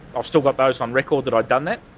i've still got those on record that i'd done that.